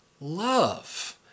love